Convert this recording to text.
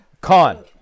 Con